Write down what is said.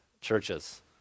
churches